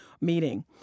meeting